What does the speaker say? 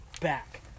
back